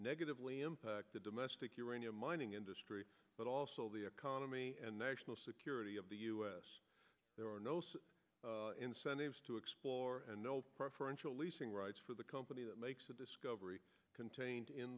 negatively impact the domestic uranium mining industry but also the economy and national security of the us there are no such incentives to explore and no preferential leasing rights for the company that makes a discovery contained in